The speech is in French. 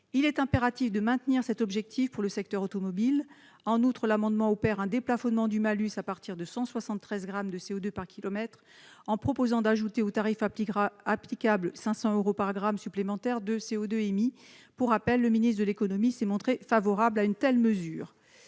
Il est impératif de maintenir cet objectif pour le secteur automobile. En outre, l'amendement vise à déplafonner le malus à partir de 173 grammes de CO2 par kilomètre et à majorer le tarif applicable de 500 euros par gramme supplémentaire de CO2 émis. Le ministre de l'économie s'est montré favorable à une telle mesure,